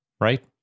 Right